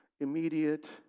Immediate